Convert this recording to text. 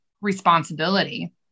responsibility